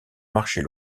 marchés